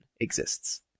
exists